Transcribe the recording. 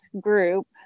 group